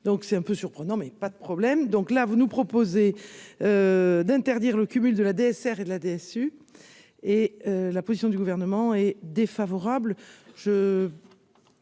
donc c'est un peu surprenant, mais pas de problème, donc là vous nous proposer d'interdire le cumul de la DSR et de la DSU et la position du gouvernement est défavorable.